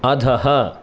अधः